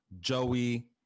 joey